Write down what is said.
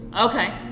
Okay